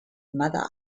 mother